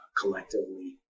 collectively